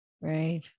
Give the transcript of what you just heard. Right